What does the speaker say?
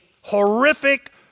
horrific